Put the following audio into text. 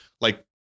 Like-